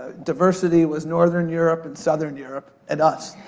diversity was northern europe and southern europe, and us.